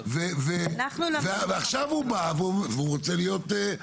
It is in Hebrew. ועכשיו הוא בא ורוצה להיות,